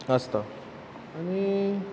आसता आनी